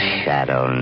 shadow